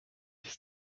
his